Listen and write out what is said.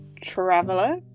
traveler